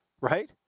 right